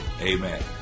Amen